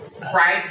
right